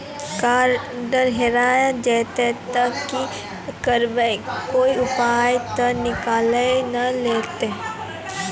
Card हेरा जइतै तऽ की करवै, कोय पाय तऽ निकालि नै लेतै?